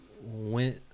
went